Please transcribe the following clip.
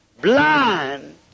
blind